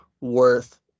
worth